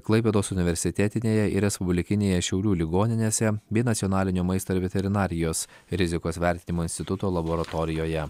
klaipėdos universitetinėje ir respublikinėje šiaulių ligoninėse bei nacionalinio maisto ir veterinarijos rizikos vertinimo instituto laboratorijoje